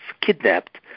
kidnapped